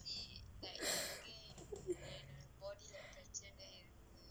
件